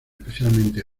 especialmente